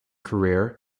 career